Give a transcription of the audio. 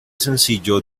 sencillo